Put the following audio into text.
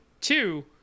two